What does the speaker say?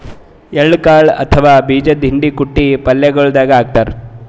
ಎಳ್ಳ ಕಾಳ್ ಅಥವಾ ಬೀಜದ್ದು ಹಿಂಡಿ ಕುಟ್ಟಿ ಪಲ್ಯಗೊಳ್ ದಾಗ್ ಹಾಕ್ತಾರ್